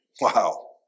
Wow